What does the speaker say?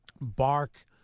bark